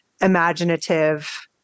imaginative